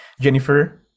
Jennifer